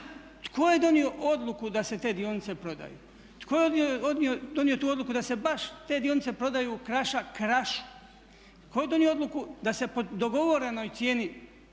Tko je donio odluku da se te dionice prodaju? Tko je donio tu odluku da se baš te dionice prodaju Krašu? Tko je donio odluku da se po dogovorenoj cijeni